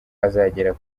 azagera